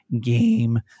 game